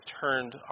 turned